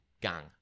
gang